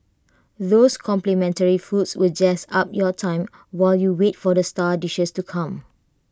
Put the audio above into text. those complimentary foods will jazz up your time while you wait for the star dishes to come